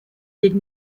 did